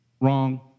wrong